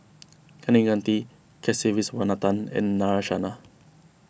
Kaneganti Kasiviswanathan and Narayana